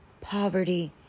poverty